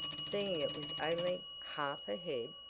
seeing it was only half a head.